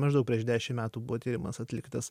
maždaug prieš dešim metų buvo tyrimas atliktas